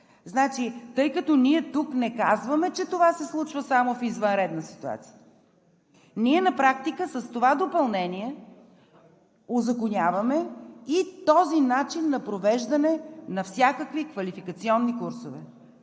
говорим?! Ние тук не казваме, че това се случва само в извънредна ситуация, ние на практика с това допълнение узаконяваме и този начин на провеждане на всякакви квалификационни курсове.